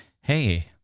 hey